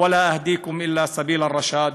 ואיני מובילכם כי אם בדרך נכוחה".)